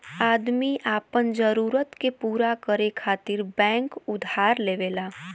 आदमी आपन जरूरत के पूरा करे खातिर बैंक उधार लेवला